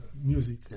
music